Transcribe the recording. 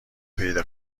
پیدا